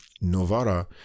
Novara